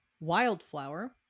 Wildflower